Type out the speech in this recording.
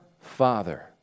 Father